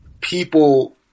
people